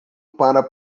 para